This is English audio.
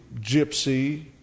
gypsy